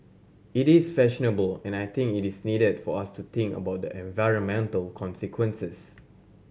it is fashionable and I think it is needed for us to think about the environmental consequences